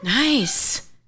Nice